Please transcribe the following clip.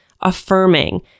affirming